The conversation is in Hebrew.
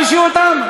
למה מענישים אותם?